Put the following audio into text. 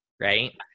right